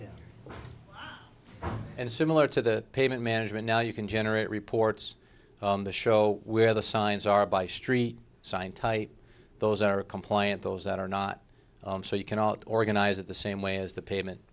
and similar to the payment management now you can generate reports on the show where the signs are by street sign type those are compliant those that are not so you cannot organize it the same way as the payment